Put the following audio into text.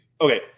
Okay